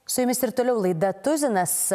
su jumis ir toliau laida tuzinas